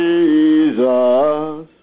Jesus